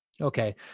Okay